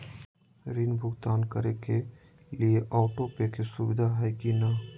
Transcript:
ऋण भुगतान करे के लिए ऑटोपे के सुविधा है की न?